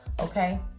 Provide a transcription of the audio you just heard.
okay